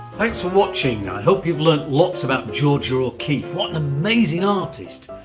thanks for watching, i hope you've learnt lots about georgia o'keeffe, what an amazing artist.